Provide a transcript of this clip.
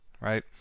right